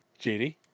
JD